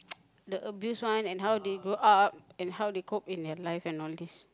the abuse one and how they grow up and how they cope in their life and all these